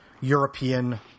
European